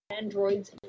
Androids